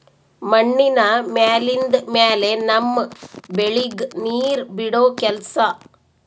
ಮಣ್ಣಿನ ಮ್ಯಾಲಿಂದ್ ಮ್ಯಾಲೆ ನಮ್ಮ್ ಬೆಳಿಗ್ ನೀರ್ ಬಿಡೋ ಕೆಲಸಾ